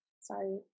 Sorry